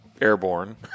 Airborne